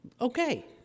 okay